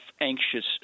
anxious